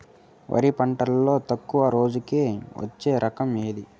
వరి పంటలో తక్కువ రోజులకి వచ్చే రకం ఏది?